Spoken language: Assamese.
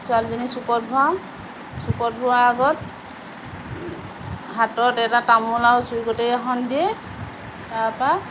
ছোৱালীজনা চুকত ভৰাম চুকত ভৰোৱাৰ আগত হাতত এটা তামোল আৰু চুৰি কটাৰী এখন দি তাৰপৰা